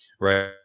Right